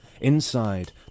Inside